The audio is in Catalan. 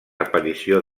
aparició